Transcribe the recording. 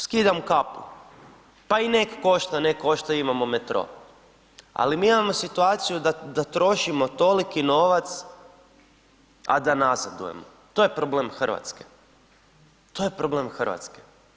Skidam kapu, pa i nek košta, nek košta imamo metro, ali mi imamo situaciju da trošimo toliki novac, a da nazadujemo, to je problem Hrvatske, to je problem Hrvatske.